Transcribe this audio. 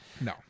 No